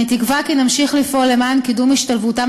אני תקווה כי נמשיך לפעול למען קידום השתלבותם